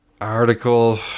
Article